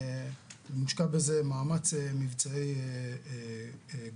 מושקע בזה מאמץ מבצעי גדול.